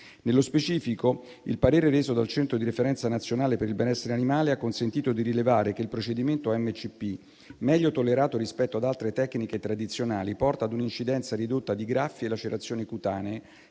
Nello specifico. il parere reso dal Centro di referenza nazionale per il benessere animale ha consentito di rilevare che il procedimento MCP, meglio tollerato rispetto ad altre tecniche tradizionali, porta ad un'incidenza ridotta di graffi e lacerazioni cutanee,